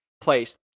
place